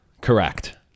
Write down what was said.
Correct